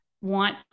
want